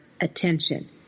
attention